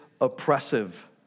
oppressive